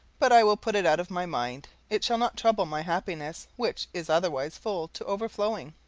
but i will put it out of my mind it shall not trouble my happiness, which is otherwise full to overflowing.